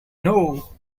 know